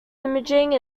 imaging